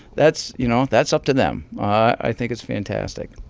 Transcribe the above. that's, you know, that's up to them. i think it's fantastic